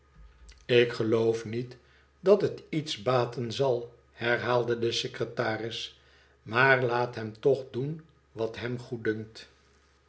ik geloof niet dat het iets baten zal herhaalde de secretaris maar laat hem toch doen wat hem goeddunkt